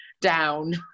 down